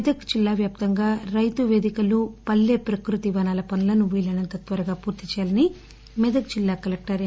మెదక్ జిల్లా వ్యాప్తంగా రైతువేదికలు పల్లె ప్రకృతి వనాల పనులను వీలైనంత త్వరగా పూర్తి చేయాలని మెదక్ జిల్లా కలెక్టర్ యం